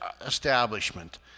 establishment